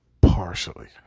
Partially